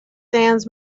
sands